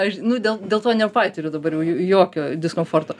aš nu dėl dėl to nepatiriu dabar jau jokio diskomforto